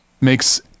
makes